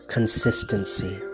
Consistency